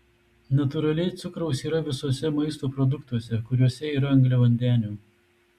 natūraliai cukraus yra visuose maisto produktuose kuriuose yra angliavandenių